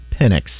Penix